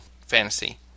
fantasy